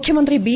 മുഖ്യമന്ത്രി ബി